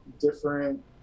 different